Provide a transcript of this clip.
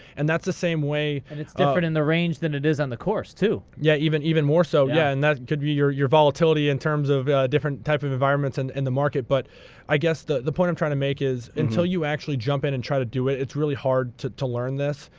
and that's the same way. and it's different in the range than it is on the course, too. yeah, even even more so. yeah. and that could be your your volatility in terms of different type of environments in the market. but i guess the the point i'm trying to make is, until you actually jump in and try to do it, it's really hard to to learn this.